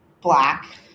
Black